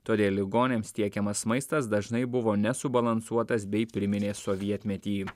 todėl ligoniams tiekiamas maistas dažnai buvo nesubalansuotas bei priminė sovietmetį